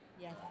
Yes